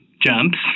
Jumps